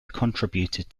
contributed